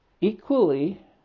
Equally